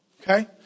Okay